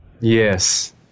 Yes